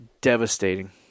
Devastating